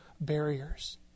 barriers